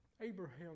Abraham